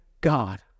God